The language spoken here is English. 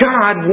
God